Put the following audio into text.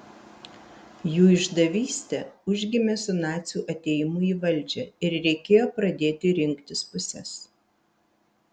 jų išdavystė užgimė su nacių atėjimu į valdžią ir reikėjo pradėti rinktis puses